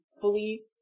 fully